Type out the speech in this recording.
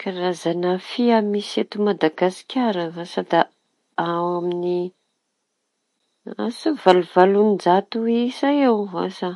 Karaza fia misy eto Madagasikara vasa da ao amiñy vasa valo -valon-jato isa eo vasa.